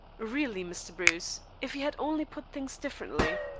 really, mr. bruce, if you had only put things differently.